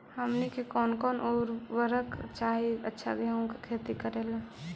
हमनी के कौन कौन उर्वरक चाही अच्छा गेंहू के खेती करेला?